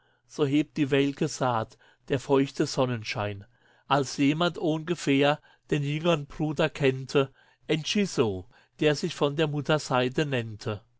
so hebt die welke saat der feuchte sonnenschein als jemand ohngefähr den jüngern bruder kennte emisso der sich von der mutterseite nennte